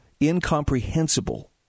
incomprehensible